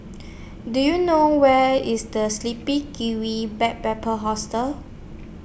Do YOU know Where IS The Sleepy Kiwi Back Paper Hostel